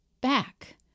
back